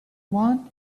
want